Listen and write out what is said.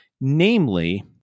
Namely